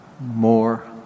more